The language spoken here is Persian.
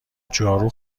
جارو